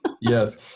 Yes